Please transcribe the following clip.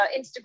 Instagram